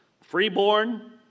freeborn